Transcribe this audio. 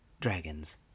dragons